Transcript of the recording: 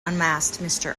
unmasked